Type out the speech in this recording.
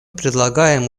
предлагаем